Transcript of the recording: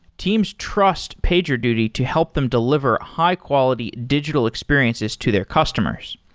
teams trust pagerduty to help them deliver high-quality digital experiences to their customers.